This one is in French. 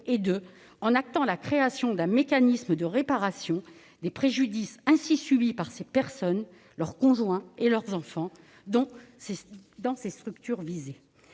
: il acte la création d'un mécanisme de réparation des préjudices subis par ces personnes, leurs conjoints et leurs enfants dans les structures visées.